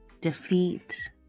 Defeat